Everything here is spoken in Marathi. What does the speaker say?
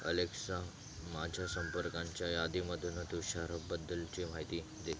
अलेक्सा माझ्या संपर्कांच्या यादीमधून तुषारबद्दलची माहिती दे